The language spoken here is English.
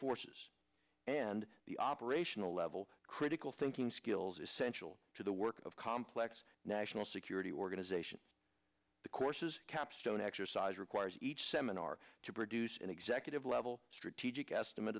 forces and the operational level critical thinking skills essential to the work of complex security organization the course is capstone exercise requires each seminar to produce an executive level strategic estimate